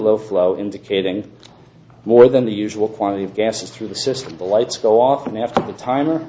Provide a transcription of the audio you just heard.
low flow indicating more than the usual quantity of gases through the system the lights go off and after the timer